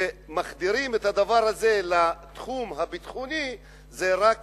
שמחדירים את הדבר הזה לתחום הביטחוני, זה רק